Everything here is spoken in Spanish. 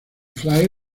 fly